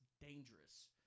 dangerous